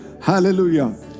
Hallelujah